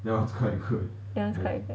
that [one] is quite good